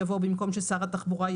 יבוא: במקום ששר התחבורה,